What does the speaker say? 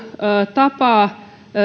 tapa